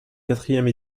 quatrième